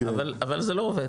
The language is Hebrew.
אבל זה לא עובד,